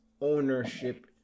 ownership